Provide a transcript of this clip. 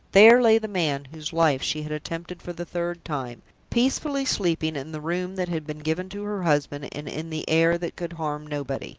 there lay the man whose life she had attempted for the third time, peacefully sleeping in the room that had been given to her husband, and in the air that could harm nobody!